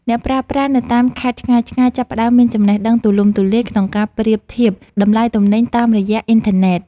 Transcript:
អ្នកប្រើប្រាស់នៅតាមខេត្តឆ្ងាយៗចាប់ផ្តើមមានចំណេះដឹងទូលំទូលាយក្នុងការប្រៀបធៀបតម្លៃទំនិញតាមរយៈអ៊ីនធឺណិត។